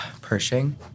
Pershing